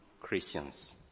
Christians